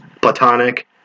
Platonic